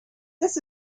this